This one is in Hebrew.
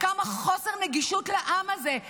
כמה חוסר נגישות לעם הזה,